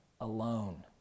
alone